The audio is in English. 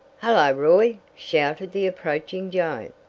hello, roy! shouted the approaching joe.